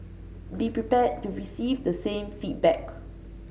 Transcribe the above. be prepared to receive the same feedback